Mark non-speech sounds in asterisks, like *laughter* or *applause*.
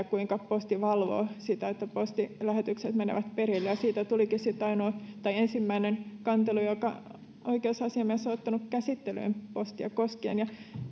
*unintelligible* kuinka posti valvoo sitä että postilähetykset menevät perille siitä tulikin sitten ensimmäinen kantelu jonka oikeusasiamies on ottanut käsittelyyn postia koskien